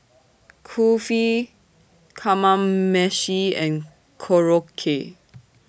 Kulfi Kamameshi and Korokke